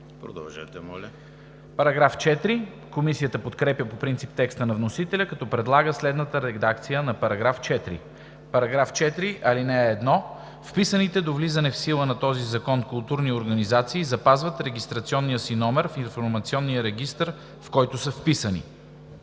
по чл. 15, ал. 2.“ Комисията подкрепя по принцип текста на вносителя, като предлага следната редакция на § 4: „§ 4. (1) Вписаните до влизането в сила на този закон културни организации запазват регистрационния си номер в информационния регистър, в който са вписани.